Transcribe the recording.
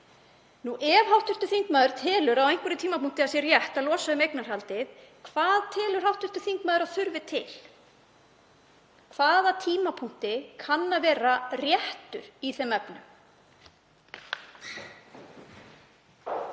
Ef hv. þingmaður telur að á einhverjum tímapunkti sé rétt að losa um eignarhaldið, hvað telur hv. þingmaður að þurfi til? Hvaða tímapunktur kann að vera réttur í þeim efnum?